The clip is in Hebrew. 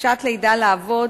לחופשת לידה לאבות